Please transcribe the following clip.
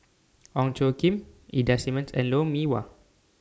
Ong Tjoe Kim Ida Simmons and Lou Mee Wah